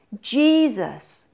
Jesus